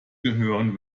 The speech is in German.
gehören